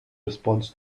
response